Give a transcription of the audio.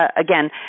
again